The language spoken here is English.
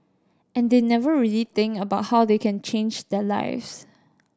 and they never really think about how they can change their lives